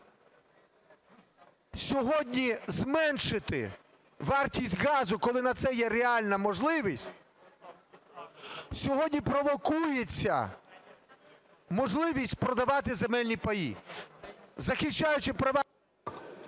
сьогодні зменшити вартість газу, коли на це є реальна можливість, сьогодні провокується можливість продавати земельні паї, захищаючи права…